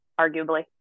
arguably